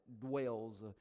dwells